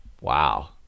Wow